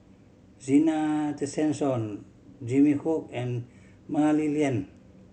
Zena Tessensohn Jimmy Chok and Mah Li Lian